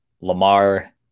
Lamar